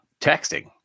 texting